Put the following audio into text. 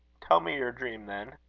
tell me your dream, then.